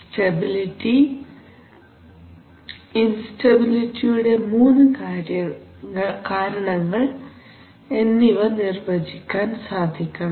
stability ഇൻസ്റ്റെബിലിറ്റിയുടെ മൂന്നു കാരണങ്ങൾ എന്നിവ നിർവചിക്കാൻ സാധിക്കണം